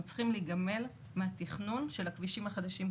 אנחנו צריכים להיגמל מהתכנון של הכבישים החדשים,